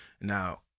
Now